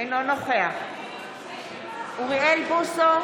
אינו נוכח אוריאל בוסו,